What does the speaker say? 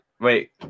wait